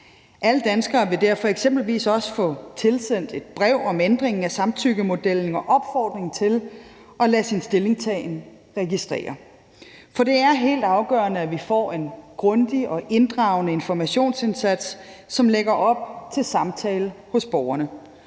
Alle danskere vil derfor eksempelvis også få tilsendt et brev om ændringen af samtykkemodellen og med opfordringen til at lade deres stillingtagen registrere. For det er helt afgørende, at vi får en grundig og inddragende informationsindsats, som lægger op til samtale hos borgerne,